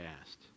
asked